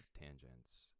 Tangents